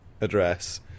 address